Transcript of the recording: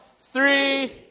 three